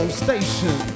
station